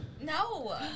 No